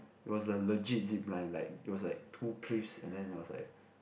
it was the legit zip line like it was like two twists and then it was like